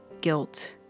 guilt